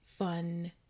fun